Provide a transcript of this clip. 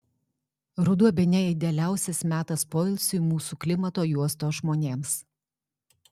ruduo bene idealiausias metas poilsiui mūsų klimato juostos žmonėms